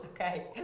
Okay